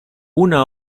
una